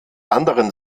anderen